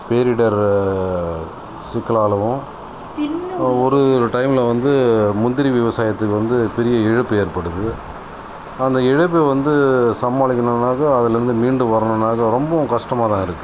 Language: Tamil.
பேரிடர் சிக்கலாகவும் ஒரு இரு டைமில் வந்து முந்திரி விவசாயத்துக்கு வந்து பெரிய இழப்பு ஏற்படுது அந்த இழப்பீடு வந்து சமாளிக்கணுன்னாக்கா அதுலேந்து மீண்டு வரணுன்னாக்கா ரொம்பவும் கஷ்டமாக தான் இருக்குது